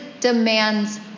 demands